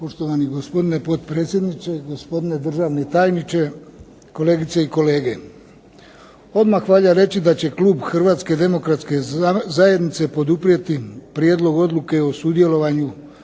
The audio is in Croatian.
Poštovani gospodine potpredsjedniče, gospodine državni tajniče, kolegice i kolege. Odmah valja reći da će klub Hrvatske demokratske zajednice poduprijeti prijedlog odluke o sudjelovanju